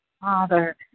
Father